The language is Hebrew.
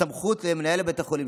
הסמכות למנהל בית החולים,